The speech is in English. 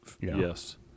yes